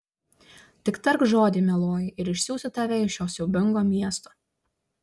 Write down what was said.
tik tark žodį mieloji ir išsiųsiu tave iš šio siaubingo miesto